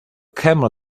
camel